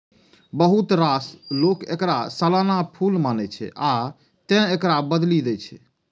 बहुत रास लोक एकरा सालाना फूल मानै छै, आ तें एकरा बदलि दै छै